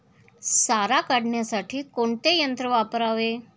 सारा काढण्यासाठी कोणते यंत्र वापरावे?